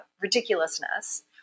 ridiculousness